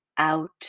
out